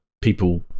people